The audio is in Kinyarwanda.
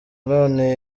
none